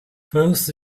first